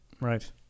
Right